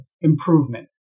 improvement